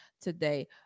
today